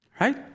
Right